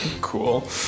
Cool